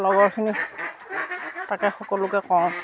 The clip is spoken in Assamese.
লগৰখিনি তাকে সকলোকে কওঁ